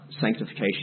sanctification